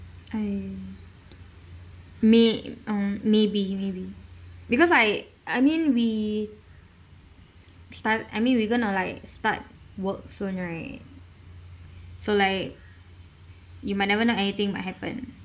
I may~ um maybe maybe because like I mean we start I mean we going to like start work soon right so like you might never know anything might happen